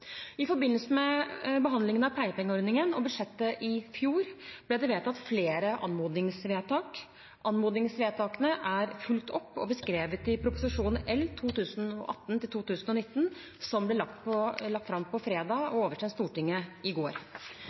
I forbindelse med behandlingen av pleiepengeordningen og budsjettet i fjor ble det fattet flere anmodningsvedtak. Anmodningsvedtakene er fulgt opp og beskrevet i Prop. 12 L for 2018–2019, som ble lagt fram på fredag og oversendt Stortinget i går.